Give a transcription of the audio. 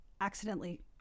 accidentally